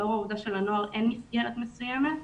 לאור העובדה שלנוער אין מסגרת מסוימת.